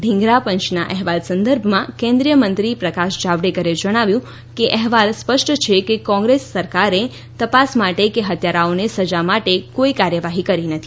ઢીંગરા પંચના અહેવાલ સંદર્ભમાં કેન્દ્રીયમંત્રી પ્રકાશ જાવડેકરે જણાવ્યું કે અહેવાલ સ્પષ્ટ છેકે કોંગ્રેસ સરકારે તપાસ માટે કે હત્યારાઓને સજા માટે કોઈ કારવાફી કરી નથી